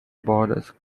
borders